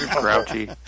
grouchy